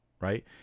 right